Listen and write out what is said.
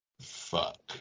Fuck